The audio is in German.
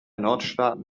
nordstaaten